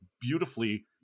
beautifully